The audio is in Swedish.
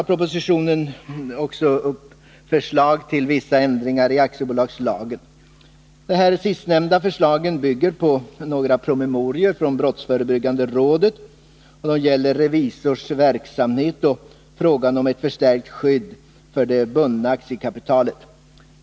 Propositionen upptar också förslag till vissa ändringar i aktiebolagslagen. De här förslagen bygger på några promemorior från brottsförebyggande rådet, och de gäller revisors verksamhet och frågan om ett förstärkt skydd för det bundna aktiekapitalet.